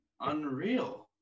Unreal